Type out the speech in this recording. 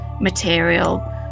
material